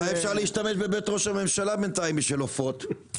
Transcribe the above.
אולי אפשר להשתמש בבית ראש הממשלה בינתיים בשביל עופות,